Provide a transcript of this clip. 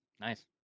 Nice